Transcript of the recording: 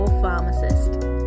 pharmacist